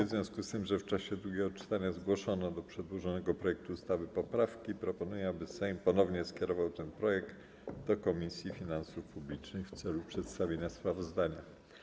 W związku z tym, że w czasie drugiego czytania zgłoszono do przedłożonego projektu ustawy poprawki, proponuję, aby Sejm ponownie skierował ten projekt do Komisji Finansów Publicznych w celu przedstawienia sprawozdania.